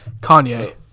Kanye